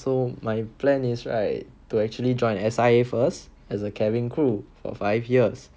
so my plan is right to actually join S_I_A first as a cabin crew for five years